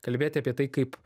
kalbėti apie tai kaip